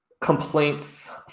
complaints